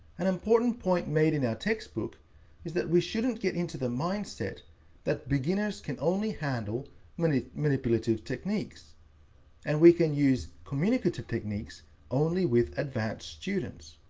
an important point made in our textbook is that we shouldn't get into the mindset that beginners can only handle manipulative techniques and we can use communicative techniques only with advanced students.